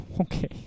Okay